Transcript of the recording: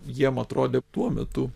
jiem atrodė tuo metu